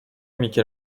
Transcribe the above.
michel